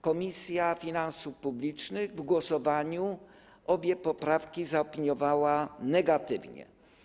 Komisja Finansów Publicznych w głosowaniu obie poprawki zaopiniowała negatywnie.